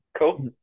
Cool